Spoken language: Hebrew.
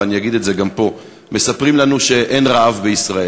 ואני אגיד את זה גם פה: מספרים לנו שאין רעב בישראל.